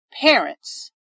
parent's